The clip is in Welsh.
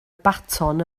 baton